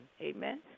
amen